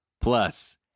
plus